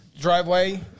driveway